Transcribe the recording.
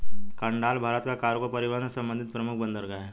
कांडला भारत का कार्गो परिवहन से संबंधित प्रमुख बंदरगाह है